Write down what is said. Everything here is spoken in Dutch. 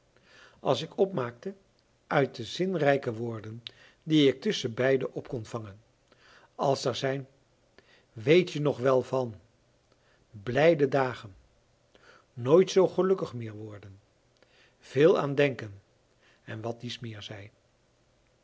als ik opmaakte uit de zinrijke woorden die ik tusschenbeiden op kon vangen als daar zijn weetje nog wel van blijde dagen nooit zoo gelukkig meer worden veel aan denken en wat dies meer zij